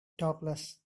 douglas